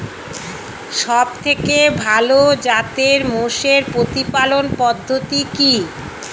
সবথেকে ভালো জাতের মোষের প্রতিপালন পদ্ধতি কি?